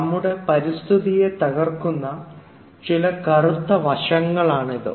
നമ്മുടെ പരിസ്ഥിതിയെ തകർക്കുന്ന ചില കറുത്ത വശങ്ങളാണിത്